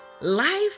Life